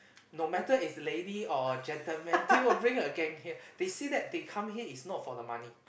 no matter is lady or gentleman they will bring a gang here they say that they come here is not for the money